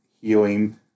healing